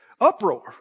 uproar